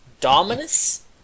Dominus